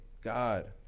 God